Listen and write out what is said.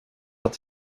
att